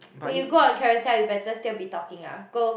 when you go on Carousell you better still be talking uh go